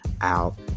out